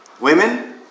Women